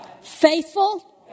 Faithful